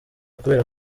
kubera